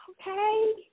okay